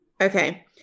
Okay